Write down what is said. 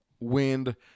wind